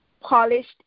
polished